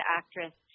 actress